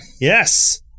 Yes